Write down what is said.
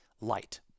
light